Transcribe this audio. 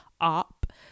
up